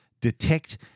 detect